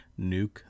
nuke